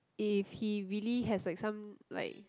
if he really has like some like